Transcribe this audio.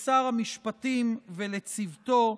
לשר המשפטים ולצוותו,